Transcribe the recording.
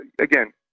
again